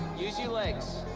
use your legs.